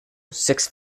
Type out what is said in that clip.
six